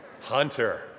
Hunter